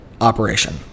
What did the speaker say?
Operation